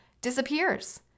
disappears